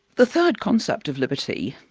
the third concept of liberty,